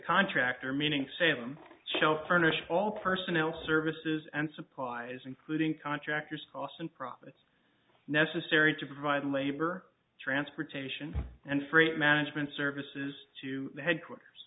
contractor meaning same shall furnish all personnel services and supplies including contractors cost and profits necessary to provide labor transportation and freight management services to headquarters